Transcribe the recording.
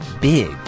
big